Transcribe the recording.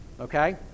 Okay